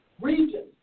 regions